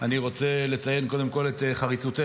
אני רוצה לציין קודם כול את חריצותך